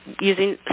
using